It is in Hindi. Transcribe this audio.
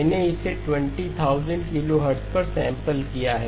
मैंने इसे 20000 किलोहर्ट्ज़ पर सैंपल किया है